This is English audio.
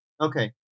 Okay